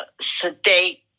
sedate